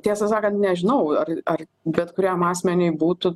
tiesą sakant nežinau ar bet kuriam asmeniui būtų